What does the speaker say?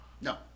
no